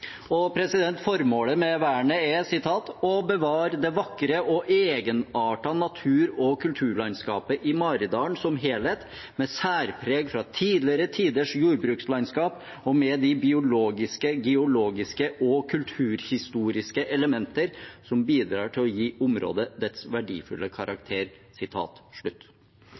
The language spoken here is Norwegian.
Formålet med vernet er «å bevare det vakre og egenartede natur- og kulturlandskapet i Maridalen som en helhet, med særpreg fra tidligere tiders jordbrukslandskap, og med de biologiske, geologiske og kulturhistoriske elementer som bidrar til å gi området dets verdifulle karakter».